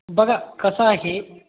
बघा कसं आहे